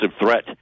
threat